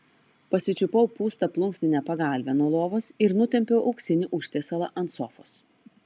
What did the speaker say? pasičiupau pūstą plunksninę pagalvę nuo lovos ir nutempiau auksinį užtiesalą ant sofos